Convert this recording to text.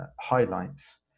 highlights